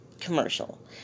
commercial